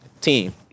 team